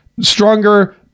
stronger